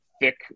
thick